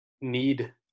need